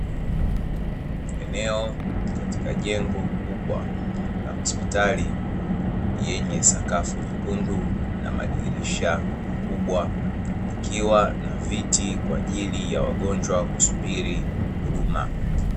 Eneo katika jengo kubwa la hospitali yenye sakafu nyekundu na madirisha makubwa, ikiwa na viti kwa ajili ya wagonjwa kusubiri huduma.